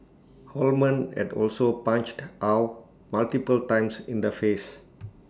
Holman had also punched Ow multiple times in the face